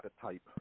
type